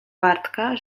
bartka